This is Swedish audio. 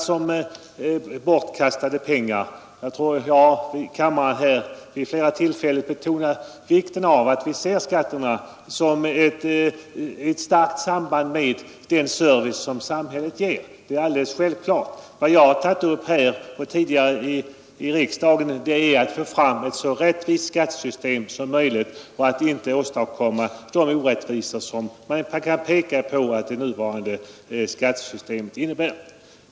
Jag har inte talat om skatterna som bortk flera tillfällen betonat vikten av att vi ser skatterna i starkt samband med den service samhället ger. Det är alldeles självklart att man skall se dem så. Vad jag har tagit upp nu och tidigare är att vi skall försöka få fram ett ade pengar. Jag har vid så rättvist skattesystem som möjligt. Ett skattesystem som inte ger de orättvisor det nuvarande skattesystemet medför.